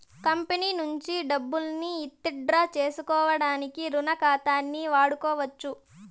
company నుంచి డబ్బుల్ని withdraw సేసుకోడానికి రుణ ఖాతాని వాడుకోవచ్చు